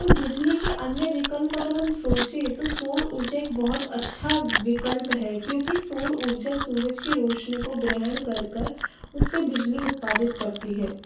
और बिजली के अन्य विकल्प अगर हम सोचें तो सौर ऊर्जा एक बहुत अच्छा विकल्प है क्योंकि सौर ऊर्जा सूरज की रौशनी को ग्रहण कर कर उससे बिजली उत्पादित करती है